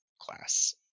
class